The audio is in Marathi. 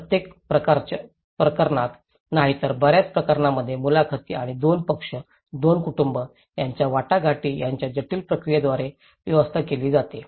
प्रत्येक प्रकरणातच नाही तर बर्याच प्रकरणांमध्ये मुलाखती आणि दोन पक्ष दोन कुटूंब यांच्यात वाटाघाटी यांच्या जटिल प्रक्रियेद्वारे व्यवस्था केली जाते